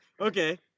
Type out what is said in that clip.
Okay